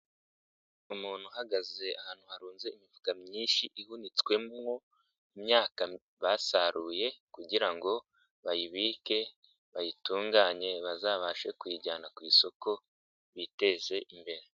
Umuntu uhagaze ahantu harunze imifuka myinshi ihunitswemwo imyaka basaruye kugira ngo bayibike, bayitunganye bazabashe kuyijyana ku isoko biteze imbere.